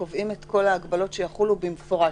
קובעים את כל ההגבלות שיחולו במפורש,